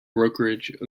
brokerage